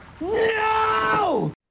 no